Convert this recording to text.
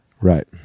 Right